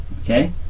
Okay